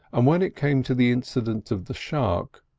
and when it came to the incident of the shark,